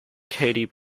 katy